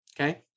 okay